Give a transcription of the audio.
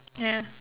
ya